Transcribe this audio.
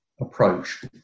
approach